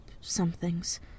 somethings